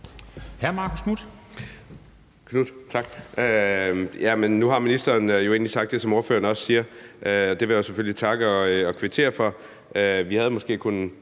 Nu har ministeren jo egentlig sagt det, som ordføreren også siger, og det vil jeg selvfølgelig takke og kvittere for. Vi kunne måske have